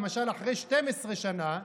למשל אחרי 12 שנה,